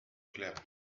clair